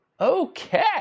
Okay